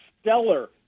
stellar